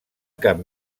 cap